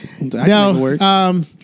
No